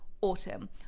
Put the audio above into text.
Autumn